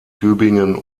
tübingen